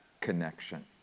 Connection